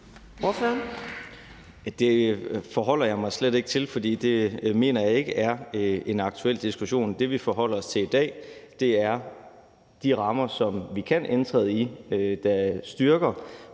Det forholder jeg mig slet ikke til, for det mener jeg ikke er en aktuel diskussion. Det, vi forholder os til i dag, er de rammer, som vi kan indtræde i, og som